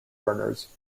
burners